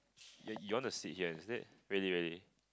yeah you wanna sit here instead really really